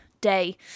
day